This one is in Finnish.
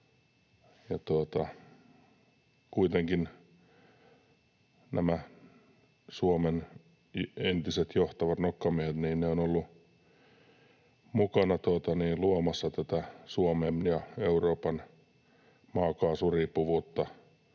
Kuitenkin nämä Suomen entiset johtavat nokkamiehet ovat olleet mukana luomassa tätä Suomen ja Euroopan maakaasuriippuvuutta